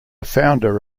founder